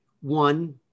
one